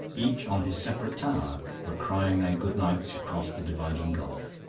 each on his separate tower, were crying their good-nights across the dividing gulf.